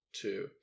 Two